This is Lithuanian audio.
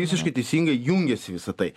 visiškai teisingai jungiasi visa tai